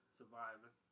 surviving